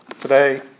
today